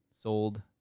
sold